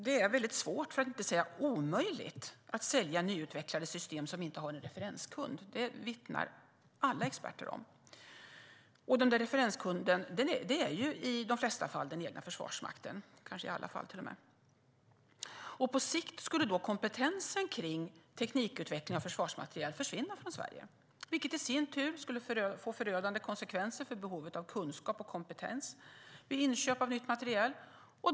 Det är väldigt svårt - för att inte säga omöjligt - att sälja nyutvecklade system som inte har någon referenskund. Det vittnar alla experter om. Referenskunden är ju i de flesta fall den egna försvarsmakten. På sikt skulle kompetensen för teknikutveckling av försvarsmateriel försvinna från Sverige, vilket i sin tur skulle få förödande konsekvenser för behovet av kunskap och kompetens vid inköp av ny materiel.